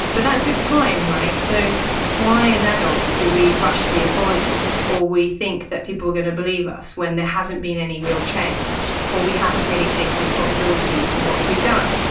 but that took time so why as adults do we rush the apology or we think that people going to believe us when there hasn't been any real change or we haven't really taken responsibility for what we've done?